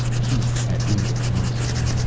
he had made it possible.